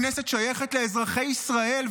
הכנסת שייכת לאזרחי ישראל,